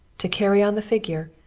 to carry on the figure,